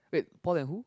wait Paul and who